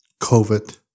COVID